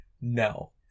No